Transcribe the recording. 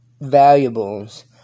valuables